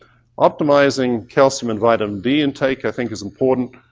optimizing calcium and vitamin d intake, i think is important.